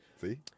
See